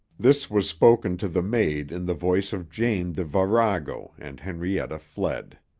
this was spoken to the maid in the voice of jane the virago and henrietta fled.